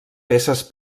peces